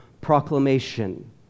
proclamation